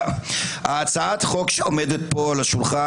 הצעת החוק שעומדת פה על השולחן,